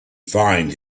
find